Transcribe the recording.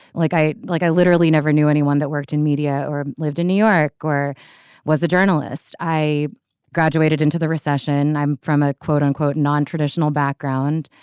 like i like i literally never knew anyone that worked in media or lived in new york or was a journalist i graduated into the recession. i'm from a quote unquote nontraditional background.